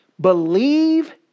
Believe